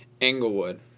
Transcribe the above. Englewood